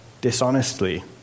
dishonestly